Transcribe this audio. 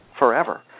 forever